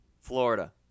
florida